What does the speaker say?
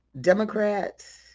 Democrats